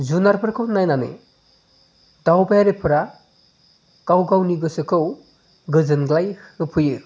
जुनारफोरखौ नायनानै दावबायारिफोरा गाव गावनि गोसोखौ गोजोनग्लाय होफैयो